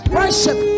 worship